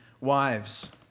Wives